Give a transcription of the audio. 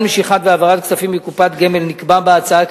משיכת והעברת כספים מקופת גמל נקבע בהצעה כי